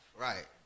Right